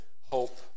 hope